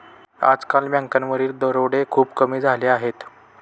आजकाल बँकांवरील दरोडे खूप कमी झाले आहेत